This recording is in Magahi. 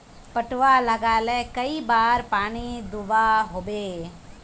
पटवा लगाले कई बार पानी दुबा होबे?